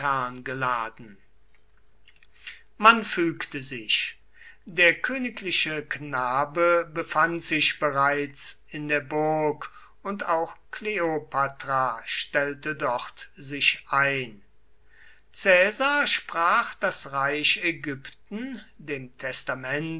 geladen man fügte sich der königliche knabe befand sich bereits in der burg und auch kleopatra stellte dort sich ein caesar sprach das reich ägypten dem testament